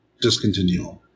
discontinue